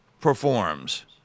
performs